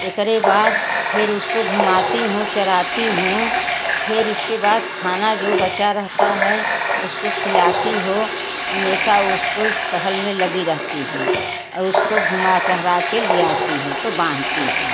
इसके बाद फेर उसको घुमाती हूँ चराती हूँ फिर इसके बाद खाना जो बचा रहता है उसको खिलाती हूँ हमेशा उसको टहल में लगी रहती हूँ और उसको घूमा टहरा के ले आती हैं तो बांधती हूँ